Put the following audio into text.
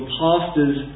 pastors